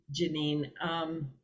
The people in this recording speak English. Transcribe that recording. Janine